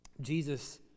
Jesus